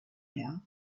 house